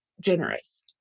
generous